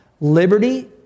Liberty